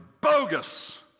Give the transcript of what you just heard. bogus